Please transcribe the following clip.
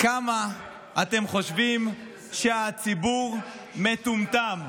כמה אתם חושבים שהציבור מטומטם?